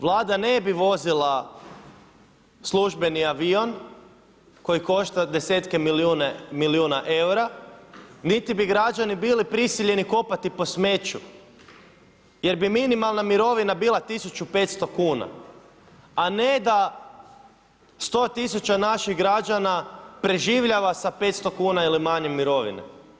Vlada ne bi vozila službeni avion koji košta 10-tke milijuna eura, niti bi građani bili prisiljeni kopati po smeću jer bi minimalna mirovina bila 1500 kuna, a ne da 100 tisuća naših građana preživljava sa 500 kuna ili manje mirovine.